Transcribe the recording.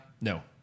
no